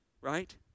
right